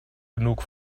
genug